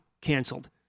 canceled